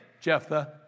Jephthah